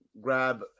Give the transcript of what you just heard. grab